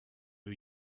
new